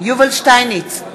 יובל שטייניץ,